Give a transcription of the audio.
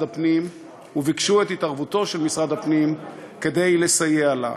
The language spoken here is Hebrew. הפנים וביקשו את התערבותו כדי לסייע לה.